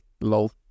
Lol